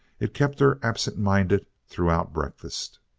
it kept her absent-minded throughout breakfast.